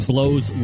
Blows